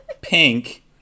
Pink